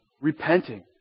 Repenting